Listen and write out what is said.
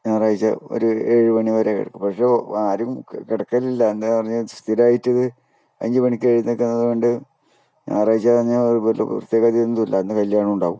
ഞായറാഴ്ച ഒരു ഏഴ് മണിവരെ കിടക്കും പക്ഷേ ആരും കിടക്കലില്ല എന്താണെന്ന് പറഞ്ഞാൽ സ്ഥിരമായിട്ട് അഞ്ച് മണിക്ക് എഴുന്നേൽക്കുന്നത് കൊണ്ട് ഞായറാഴ്ച അന്ന് പ്രത്യേകത ഒന്നും ഇല്ല അന്ന് കല്യാണം ഉണ്ടാകും